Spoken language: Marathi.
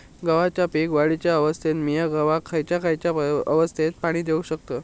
गव्हाच्या पीक वाढीच्या अवस्थेत मिया गव्हाक खैयचा खैयचा अवस्थेत पाणी देउक शकताव?